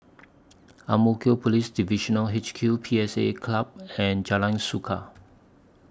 Ang Mo Kio Police Divisional H Q P S A Club and Jalan Suka